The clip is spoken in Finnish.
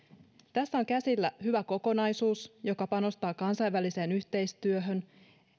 tässä on käsillä hyvä kokonaisuus joka panostaa kansainväliseen yhteistyöhön